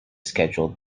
schedule